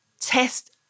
test